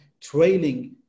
trailing